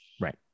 Right